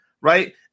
Right